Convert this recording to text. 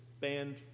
banned